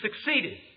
succeeded